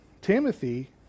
Timothy